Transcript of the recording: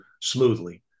smoothly